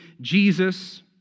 Jesus